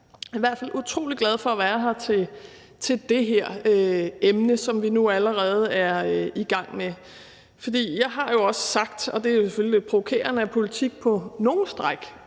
Jeg er i hvert fald utrolig glad for at være her til det her emne, som vi nu allerede er i gang med. For jeg har jo også sagt – og det er selvfølgelig lidt provokerende – at politik på nogle stræk